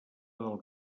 del